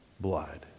blood